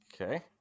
okay